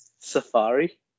Safari